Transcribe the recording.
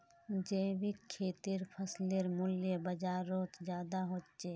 जैविक खेतीर फसलेर मूल्य बजारोत ज्यादा होचे